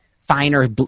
finer